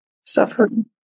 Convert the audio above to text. suffering